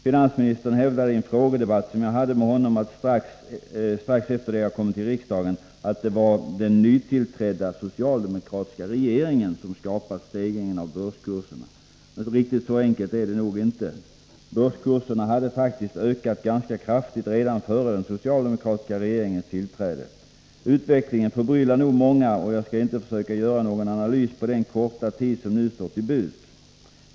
Finansministern hävdade i en frågedebatt som jag hade med honom strax efter det att jag kommit till riksdagen, att det var den nytillträdda socialdemokratiska regeringen som hade skapat stegringen av börskurserna. Riktigt så enkelt är det nog inte, Börskurserna hade faktiskt ökat ganska kraftigt redan före den socialdemokratiska regeringens tillträde. Utvecklingen förbryllar nog många, och jag skall inte försöka göra någon analys på den korta tid som nu står till buds.